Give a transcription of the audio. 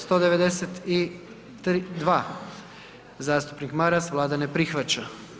192. zastupnik Maras, Vlada ne prihvaća.